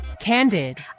candid